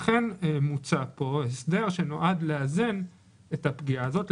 לכן מוצע פה הסדר שנועד לאזן את הפגיעה הזאת,